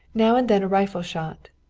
now and then a rifle shot,